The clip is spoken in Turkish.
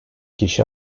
kişi